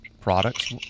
products